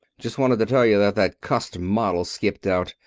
just wanted to tell you that that cussed model's skipped out.